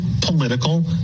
political